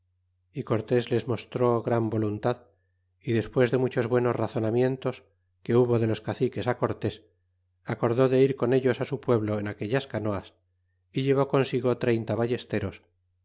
y cortés les mostró gran voluntad y despues de muchos buenos razonamientos que hubo de los caciques cortés acordó de ir con ellos su pueblo en aquellas canoas y llevó consigo treinta ballesteros